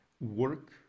work